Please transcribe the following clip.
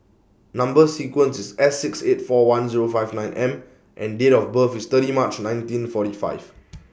Number sequence IS S six eight four one Zero five nine M and Date of birth IS thirty March nineteen forty five